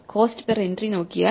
cost per entry നോക്കിയാൽ